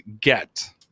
get